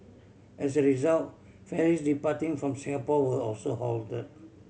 as a result ferries departing from Singapore were also halted